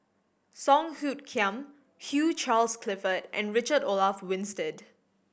Song Hoot Kiam Hugh Charles Clifford and Richard Olaf Winstedt